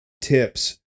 tips